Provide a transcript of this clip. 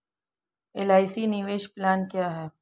LIC निवेश plan क्या है?